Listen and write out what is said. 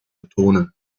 betonen